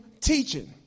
teaching